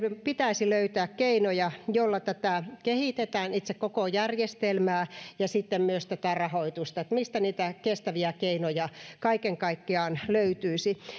pitäisi löytää keinoja joilla kehitetään tätä koko itse järjestelmää ja myös rahoitusta mistä niitä kestäviä keinoja kaiken kaikkiaan löytyisi